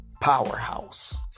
Powerhouse